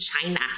China